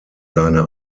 seine